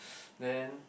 then